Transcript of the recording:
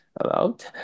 allowed